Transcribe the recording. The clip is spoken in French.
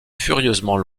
furieusement